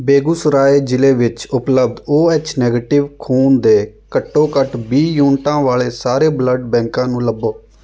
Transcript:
ਬੇਗੂਸਰਾਏ ਜ਼ਿਲ੍ਹੇ ਵਿੱਚ ਉਪਲੱਬਧ ਓ ਐੱਚ ਨੈਗੇਟਿਵ ਖੂਨ ਦੇ ਘੱਟੋ ਘੱਟ ਵੀਹ ਯੂਨਿਟਾਂ ਵਾਲੇ ਸਾਰੇ ਬਲੱਡ ਬੈਂਕਾਂ ਨੂੰ ਲੱਭੋ